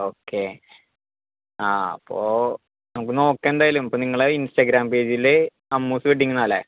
okay ആ അപ്പോൾ നമുക്ക് നോക്കാം എന്തായാലും അപ്പോൾ നിങ്ങള ഇൻസ്റ്റാഗ്രാം പേജിൽ അമ്മൂസ് വെഡിങ്ങ് എന്നാണല്ലേ